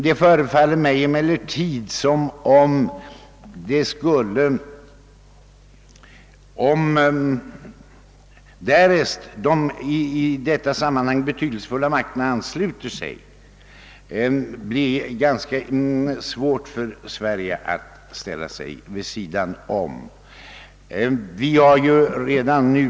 Det förefaller mig emellertid som om det, därest de i detta sammanhang betydelsefulla makterna ansluter sig till avtalet, skulle bli ganska svårt för Sverige att ställa sig utanför.